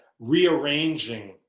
Rearranging